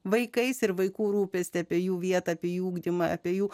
vaikais ir vaikų rūpestį apie jų vietą apie ugdymą apie jų